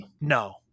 No